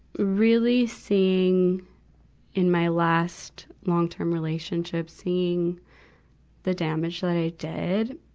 really seeing in my last long-term relationship, seeing the damage that i did.